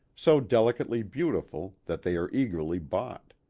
so delicately beautiful, that they are eagerly bought.